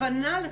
כוונה לחייב.